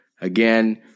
Again